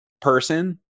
person